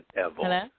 hello